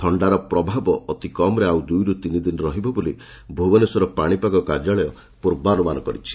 ଥଣ୍ଡାର ପ୍ରଭାବ ଅତି କମ୍ରେ ଆଉ ଦୁଇରୁ ତିନି ଦିନ ରହିବ ବୋଲି ଭୁବନେଶ୍ୱର ପାଶିପାଗ କାର୍ଯ୍ୟାଳୟ ପୂର୍ବାନ୍ମାନ କରିଛି